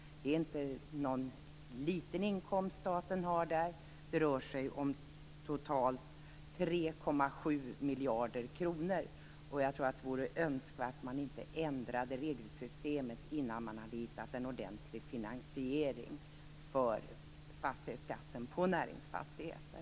Det är inte någon liten inkomst staten får in där. Det rör sig om totalt 3,7 miljarder kronor. Jag tror att det vore önskvärt att man inte ändrade regelsystemet innan man har hittat en ordentlig finansiering för fastighetsskatten på näringsfastigheter.